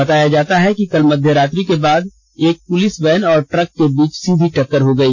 बताया जाता है कि कल मध्य रात्रि के बाद एक पुलिस चैन और ट्रक के बीच सीधी टक्कर हो गई